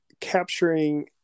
capturing